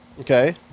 Okay